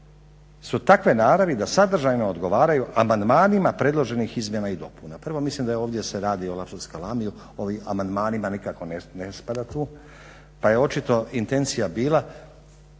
su takve naravi da sadržajno odgovaraju amandmanima predloženih izmjena i dopuna. Prvo, mislim da ovdje se radi o lapsus calamiu, ovim amandmanima nikako ne spada tu pa je očito intencija bila